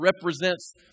represents